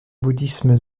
bouddhisme